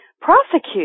prosecute